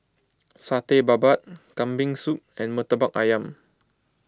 Satay Babat Kambing Soup and Murtabak Ayam